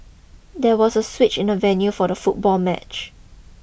there was a switch in the venue for the football match